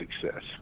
success